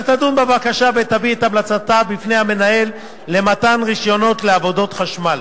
אשר תדון בבקשה ותביא את המלצתה בפני המנהל למתן רשיונות לעבודות חשמל.